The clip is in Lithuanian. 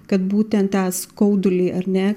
kad būtent tą skaudulį ar ne